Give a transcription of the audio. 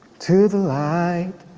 to the light.